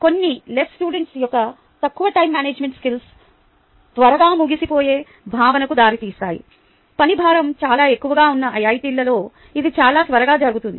కొన్ని LS యొక్క తక్కువ టైమ్ మేనేజ్మెంట్ స్కిల్స్ త్వరగా మునిగిపోయే భావనకు దారి తీస్తాయి పని భారం చాలా ఎక్కువగా ఉన్న ఐఐటిలలో ఇది చాలా త్వరగా జరుగుతుంది